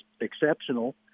exceptional